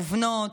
מובנות.